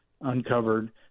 uncovered